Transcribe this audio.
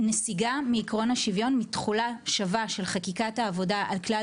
נסיגה מעקרון השוויון מתחולה שווה של חקיקת העבודה על כלל